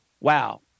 wow